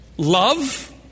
Love